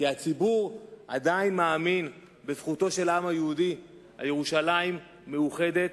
כי הציבור עדיין מאמין בזכותו של העם היהודי לירושלים מאוחדת.